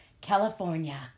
California